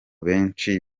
benshi